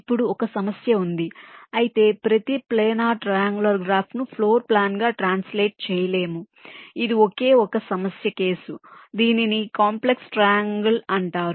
ఇప్పుడు ఒక సమస్య ఉంది అయితే ప్రతి ప్లానార్ ట్రయాంగులర్ గ్రాఫ్ను ఫ్లోర్ ప్లాన్గా ట్రాన్సలేట్ చేయలేము ఇది ఒకే ఒక సమస్య కేసు దీనిని కాంప్లెక్స్ ట్రయాంగల్ అంటారు